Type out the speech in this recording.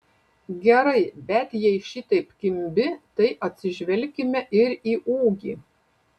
gerai bet jei šitaip kimbi tai atsižvelkime ir į ūgį